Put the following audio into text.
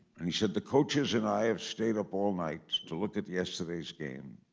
and he said, the coaches and i have stayed up all night to look at yesterday's game.